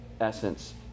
essence